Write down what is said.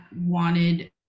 wanted –